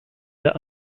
der